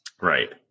Right